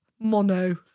mono